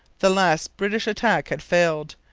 the last british attack had failed.